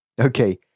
Okay